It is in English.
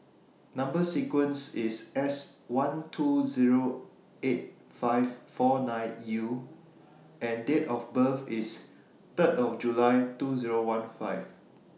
Number sequence IS S one two Zero eight five four nine U and Date of birth IS three of July two Zero one five